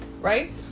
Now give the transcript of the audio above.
right